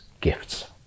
gifts